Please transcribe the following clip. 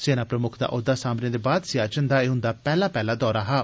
सेना प्रमुक्ख दा ओह्दा सांभने दे बाद सियाचिन दा एह् उंदा पैह्ला पैह्ला दौरा हा